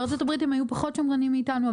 בארצות הברית הם היו פחות שמרניים מאתנו.